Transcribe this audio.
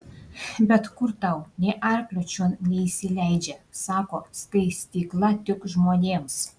bet kur tau nė arklio čion neįsileidžia sako skaistykla tik žmonėms